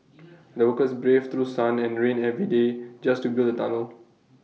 the workers braved through sun and rain every day just to build the tunnel